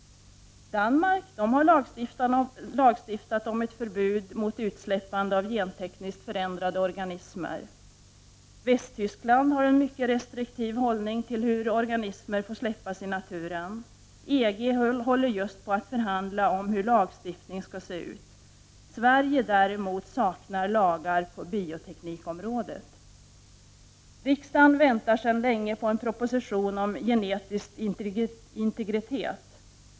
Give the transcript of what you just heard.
Danmark har lagstiftat om ett förbud mot utsläppande av gentekniskt förändrade organismer. Västtyskland har en mycket restriktiv hållning till hur organismer får släppas i naturen. EG håller just på att förhandla om hur lagstiftningen skall se ut. Sverige saknar däremot lagar på bioteknikområdet. Riksdagen väntar sedan länge på en proposition om genetisk integritet.